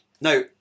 Now